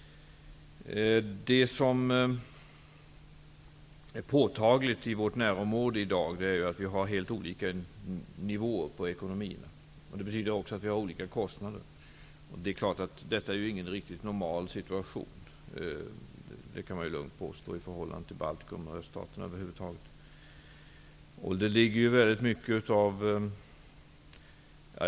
Det som är påtagligt i vårt närområde i dag är att vi har helt olika nivåer på ekonomin. Det betyder att vi också har olika kostnader. Man kan lugnt påstå att det som beskrivs över huvud taget inte i förhållande till Baltikum och öststaterna är någon riktigt normal situation.